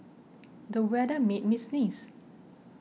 the weather made me sneeze